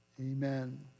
Amen